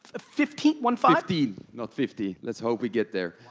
ah fifteen, one five? fifteen, not fifty, let's hope we get there.